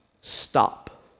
Stop